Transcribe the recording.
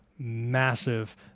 massive